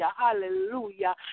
hallelujah